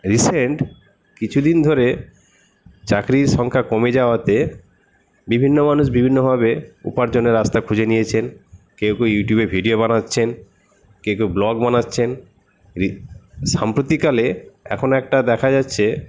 recent কিছুদিন ধরে চাকরির সংখ্যা কমে যাওয়াতে বিভিন্ন মানুষ বিভিন্নভাবে উপার্জনের রাস্তা খুঁজে নিয়েছেন কেউ কেউ ইউটিউবে ভিডিও বানাচ্ছেন কেউ কেউ ব্লগ বানাচ্ছেন সাম্প্রতিককালে এখন একটা দেখা যাচ্ছে